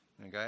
okay